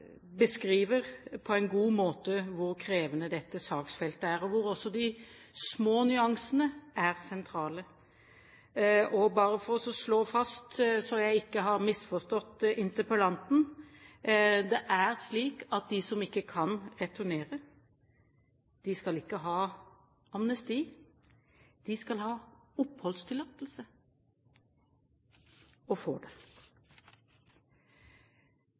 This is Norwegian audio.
beskriver hvor krevende dette saksfeltet er, og hvor også de små nyansene er sentrale. Og bare for å slå det fast, så jeg ikke har misforstått interpellanten: Det er slik at de som ikke kan returnere, de skal ikke ha amnesti, de skal ha oppholdstillatelse – og får det.